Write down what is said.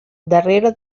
darrere